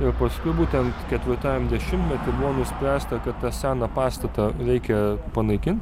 ir paskui būtent ketvirtajam dešimtmety buvo nuspręsta kad tą seną pastatą reikia panaikint